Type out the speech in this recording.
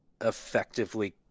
effectively